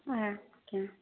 ଆଜ୍ଞା